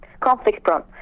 conflict-prone